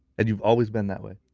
and you've always been that way?